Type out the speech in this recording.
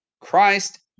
Christ